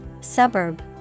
Suburb